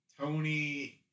Tony